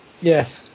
Yes